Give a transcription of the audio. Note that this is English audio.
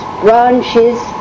branches